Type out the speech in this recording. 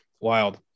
wild